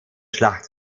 schlacht